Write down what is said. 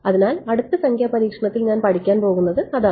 അതിനാൽ അടുത്ത സംഖ്യാ പരീക്ഷണത്തിൽ ഞാൻ പഠിക്കാൻ പോകുന്നത് അതാണ്